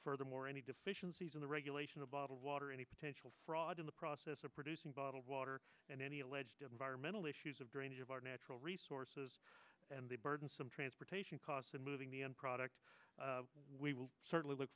furthermore any deficiencies in the regulation of bottled water any potential fraud in the process of producing bottled water and any alleged environmental issues of drainage of our natural resources and the burdensome transportation costs and moving the end product we will certainly look